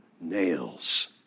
nails